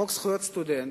חוק זכויות הסטודנט,